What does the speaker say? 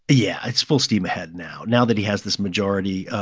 yeah. it's full steam ahead now. now that he has this majority,